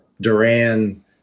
Duran